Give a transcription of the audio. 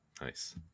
Nice